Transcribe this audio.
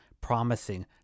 promising